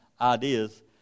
ideas